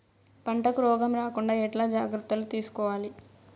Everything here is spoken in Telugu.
పంటకు రోగం రాకుండా ఎట్లా జాగ్రత్తలు తీసుకోవాలి?